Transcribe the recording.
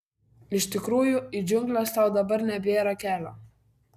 iš tikrųjų į džiungles tau dabar nebėra kelio